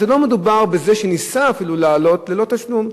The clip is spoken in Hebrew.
לא מדובר בזה שניסה אפילו לעלות ללא תשלום.